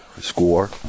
score